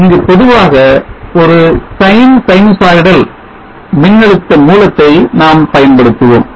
ஆகவே இங்கு பொதுவாக ஒரு sine sinusoidal மின்னழுத்த மூலத்தை நாம் பயன்படுத்துவோம்